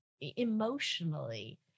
emotionally